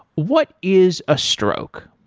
what is a stroke?